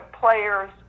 players